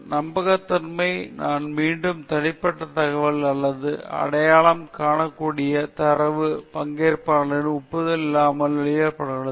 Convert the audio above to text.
நம்பகத்தன்மை நான் மீண்டும் தனிப்பட்ட தகவல் அல்லது அடையாளம் காணக்கூடிய தரவு பங்கேற்பாளரின் ஒப்புதல் இல்லாமல் வெளியிடப்படக்கூடாது